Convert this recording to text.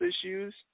issues